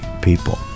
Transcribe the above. people